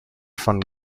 van